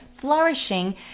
flourishing